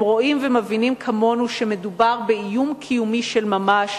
הם רואים ומבינים כמונו שמדובר באיום קיומי של ממש.